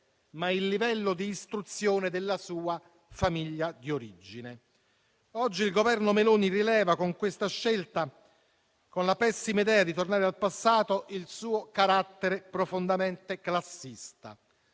ma il livello di istruzione della sua famiglia di origine. Oggi il Governo Meloni rivela, con questa scelta, con la pessima idea di tornare al passato, il suo carattere profondamente classista.